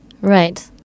Right